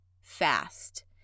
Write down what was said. fast